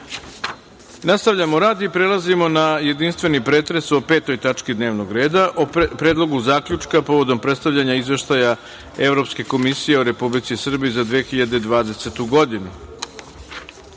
Košćal. Nastavljamo rad i prelazimo na jedinstveni pretres o 5. tački dnevnog reda - Predlogu zaključka povodom predstavljanja Izveštaja Evropske komisije o Republici Srbiji za 2020.